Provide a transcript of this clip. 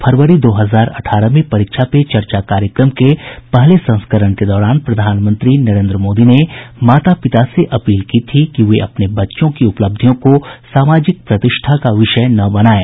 फरवरी दो हजार अठारह में परीक्षा पे चर्चा कार्यक्रम के पहले संस्करण के दौरान प्रधानमंत्री नरेंद्र मोदी ने माता पिता से अपील की थी कि वे अपने बच्चों की उपलब्धियों को सामाजिक प्रतिष्ठा का विषय न बनाएं